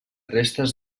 restes